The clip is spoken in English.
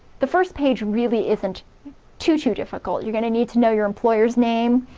the first page really isn't too, too difficult you gonna need to know your employer's name,